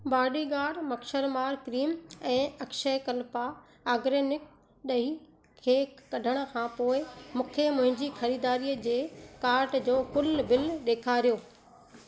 bodyguard मछरमार cream ऐं Akshayakalpa organic ॾही खे कढण खां पोइ मूंखे मुंहिंजी ख़रीदारी जे कार्ट जो कुल बिल ॾेखारियो